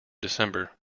december